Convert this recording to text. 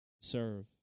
serve